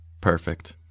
Perfect